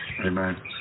Amen